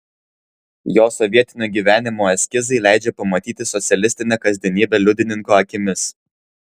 jo sovietinio gyvenimo eskizai leidžia pamatyti socialistinę kasdienybę liudininko akimis